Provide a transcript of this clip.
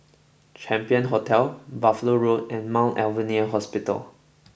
Champion Hotel Buffalo Road and Mount Alvernia Hospital